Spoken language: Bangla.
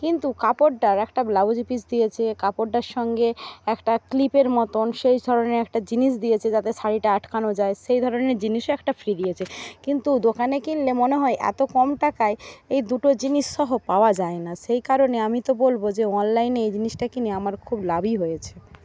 কিন্তু কাপড়টার একটা ব্লাউজ পিস দিয়েছে কাপড়টার সঙ্গে একটা ক্লিপের মতন সেই ধরনের একটা জিনিস দিয়েছে যাতে শাড়িটা আটকানো যায় সেই ধরনের জিনিসও একটা ফ্রি দিয়েছে কিন্তু দোকানে কিনলে মনে হয় এত কম টাকায় এই দুটো জিনিস সহ পাওয়া যায়না সেই কারণে আমি তো বলবো যে অনলাইনে এই জিনিসটা কিনে আমার খুব লাভই হয়েছে